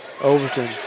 Overton